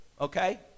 okay